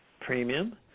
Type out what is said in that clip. premium